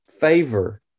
favor